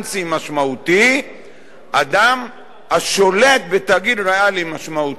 משמעותי אדם השולט בתאגיד ריאלי משמעותי.